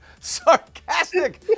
sarcastic